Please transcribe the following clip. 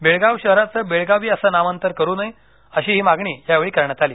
बेळगाव शहराचं बेळगावी असं नामांतर करू नये अशीही मागणी यावेळी करण्यात ाली